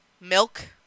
milk